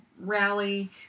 rally